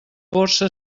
borsa